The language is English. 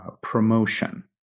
promotion